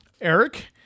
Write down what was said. Eric